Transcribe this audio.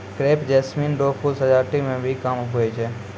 crepe jasmine रो फूल सजावटी मे भी काम हुवै छै